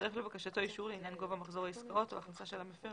יצרף לבקשתו אישור לעניין גובה מחזור העסקאות או ההכנסה של המפר,